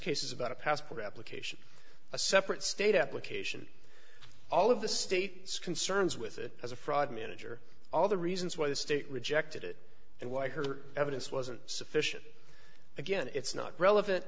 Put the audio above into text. case is about a passport application a separate state application all of the state's concerns with it as a fraud manager all the reasons why the state rejected it and why her evidence wasn't sufficient again it's not relevant